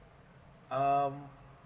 um